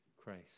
Christ